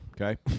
okay